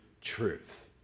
truth